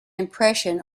impression